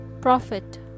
prophet